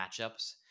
matchups